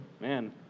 man